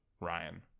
ryan